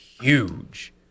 huge